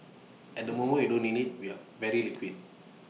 at the moment we don't need IT we are very liquid